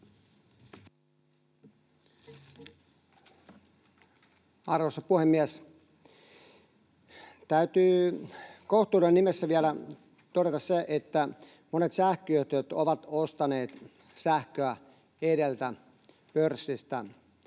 Arvoisa puhemies! Täytyy kohtuuden nimessä vielä todeta se, että monet sähköyhtiöt ovat ostaneet sähköä pörssistä